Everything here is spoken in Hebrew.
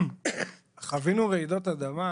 חווינו רעידות אדמה,